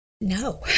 no